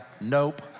nope